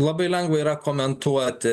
labai lengva yra komentuoti